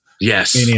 Yes